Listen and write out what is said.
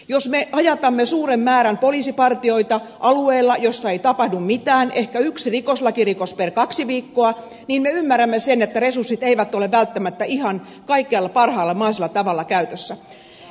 jos me ajatamme suuren määrän poliisipartioita alueella jossa ei tapahdu mitään ehkä yksi rikoslakirikos per kaksi viikkoa niin me ymmärrämme sen että resurssit eivät ole välttämättä ihan kaikkialla parhaalla mahdollisella tavalla käytössä